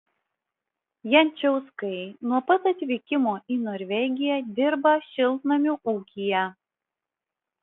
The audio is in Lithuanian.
jančauskai nuo pat atvykimo į norvegiją dirba šiltnamių ūkyje